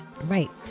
right